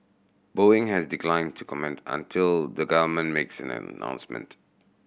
Boeing has declined to comment until the government makes an announcement